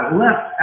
left